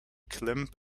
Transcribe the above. climb